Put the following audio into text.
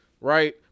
right